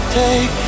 take